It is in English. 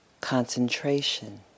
concentration